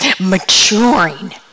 maturing